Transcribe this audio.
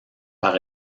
par